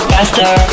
faster